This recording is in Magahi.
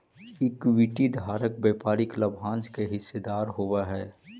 इक्विटी धारक व्यापारिक लाभांश के हिस्सेदार होवऽ हइ